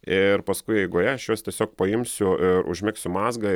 ir paskui eigoje aš juos tiesiog paimsiu i užmegsiu mazgą